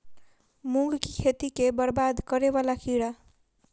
मूंग की खेती केँ बरबाद करे वला कीड़ा?